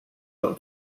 del